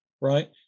Right